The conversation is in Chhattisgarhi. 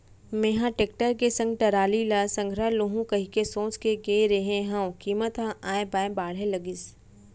मेंहा टेक्टर के संग टराली ल संघरा लुहूं कहिके सोच के गे रेहे हंव कीमत ह ऑय बॉय बाढ़े लगिस